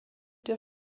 der